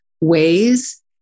ways